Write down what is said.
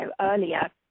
earlier